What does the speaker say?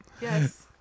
Yes